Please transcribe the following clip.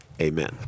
amen